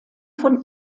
von